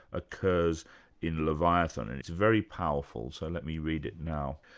occurs in leviathan, and it's very powerful, so let me read it now.